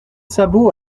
sabots